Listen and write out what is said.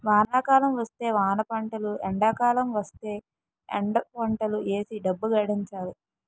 వానాకాలం వస్తే వానపంటలు ఎండాకాలం వస్తేయ్ ఎండపంటలు ఏసీ డబ్బు గడించాలి